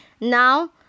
Now